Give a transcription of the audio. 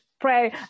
pray